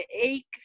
ache